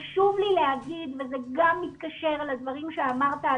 חשוב לי להגיד וזה גם מתקשר לדברים שאמרת,